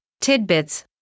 tidbits